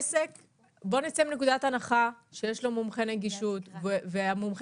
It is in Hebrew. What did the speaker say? בואו נצא מנקודת הנחה שלעסק יש מומחה נגישות ומומחה